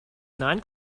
nine